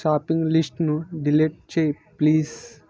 shopping లిస్ట్ను delete చెయ్యి please